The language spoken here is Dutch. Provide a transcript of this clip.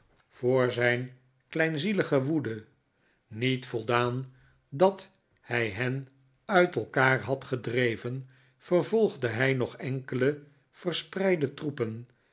voor zijn kleinzielige maarten chuzzlewit woede niet voldaan dat hij hen uit elkaar had gedreven vervolgde hij nog enkele verspreide troepen